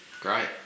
Great